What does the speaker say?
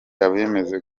abemeza